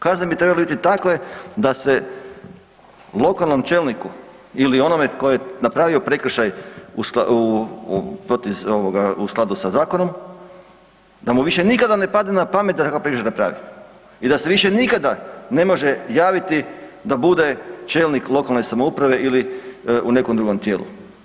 Kazne bi trebale biti takve da se lokalnom čelniku ili onome tko je napravio prekršaj u skladu sa zakonom, da mu više nikada ne padne na pamet da takav prekršaj napravi i da se više nikada ne može javiti da bude čelnik lokalne samouprave ili u nekom drugom tijelu.